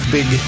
Big